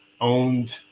owned